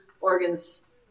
organs